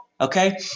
okay